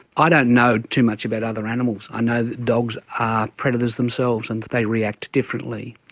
i don't know too much about other animals. i know that dogs are predators themselves and that they react differently.